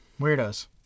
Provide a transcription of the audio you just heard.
Weirdos